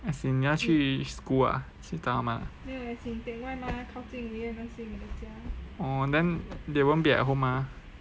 as in 你要去 school ah 去找他们啊 orh then they won't be at home mah